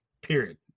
Period